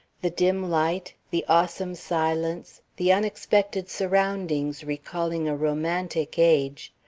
the dim light, the awesome silence, the unexpected surroundings recalling a romantic age,